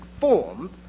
form